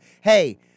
hey –